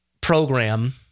program